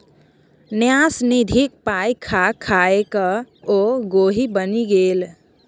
न्यास निधिक पाय खा खाकए ओ गोहि बनि गेलै